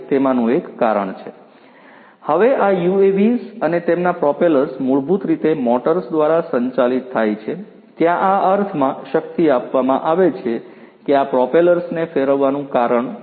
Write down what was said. તેથી કાઉન્ટરક્લોકવાઇઝ અને કલોકવાઇઝ ગતિનું સંયોજન મૂળભૂત રીતે આ યુએવીને લિફ્ટ કરે છે હવે આ UAVs અને તેમના પ્રોપેલર્સ મૂળભૂત રીતે મોટર્સ દ્વારા સંચાલિત થાય છે ત્યાં આ અર્થમાં શક્તિ આપવામાં આવે છે કે આ પ્રોપેલર્સને ફેરવવાનું કારણ છે